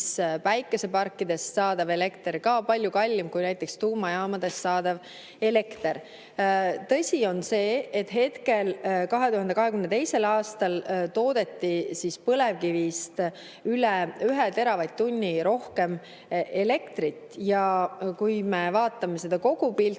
päikeseparkidest saadav elekter, ka palju kallim kui näiteks tuumajaamadest saadav elekter. Tõsi on see, et 2022. aastal toodeti põlevkivist üle 1 teravatt-tunni rohkem elektrit. Kui me vaatame kogupilti,